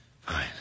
Fine